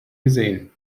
gesehen